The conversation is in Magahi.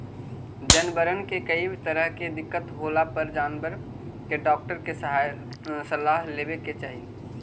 जनबरबन के कोई तरह के दिक्कत होला पर जानबर के डाक्टर के सलाह लेबे के चाहि